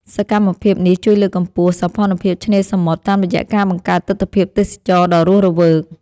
សកម្មភាពនេះជួយលើកកម្ពស់ សោភ័ណភាពឆ្នេរសមុទ្រ តាមរយៈការបង្កើតទិដ្ឋភាពទេសចរណ៍ដ៏រស់រវើក។